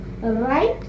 right